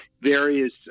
various